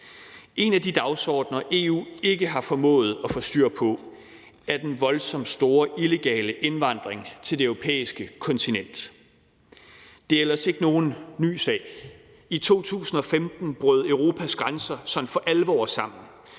En af de dagsordener, EU ikke har formået at få styr på, er den voldsomt store illegale indvandring til det europæiske kontinent. Det er ellers ikke nogen ny sag. I 2015 brød Europas grænser sådan for alvor sammen.